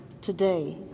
today